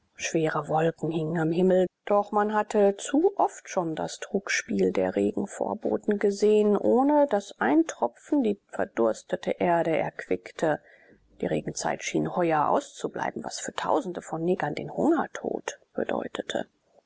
schwere wolken hingen am himmel doch man hatte zu oft schon das trugspiel der regenvorboten gesehen ohne daß ein tropfen die verdurstete erde erquickte die regenzeit schien heuer auszubleiben was für tausende von negern den hungertod bedeutet